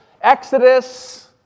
Exodus